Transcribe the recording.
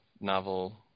novel